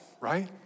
right